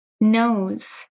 Nose